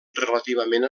relativament